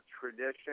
tradition